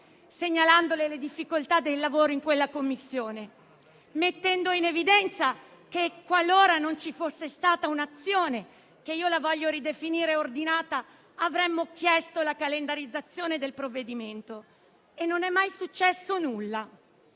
segnalandole le difficoltà dei lavori in quella Commissione, mettendo in evidenza che, qualora non ci fosse stata un'azione, che io voglio ridefinire ordinata, avremmo chiesto la calendarizzazione del provvedimento e non è mai successo nulla.